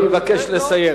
אני מבקש לסיים.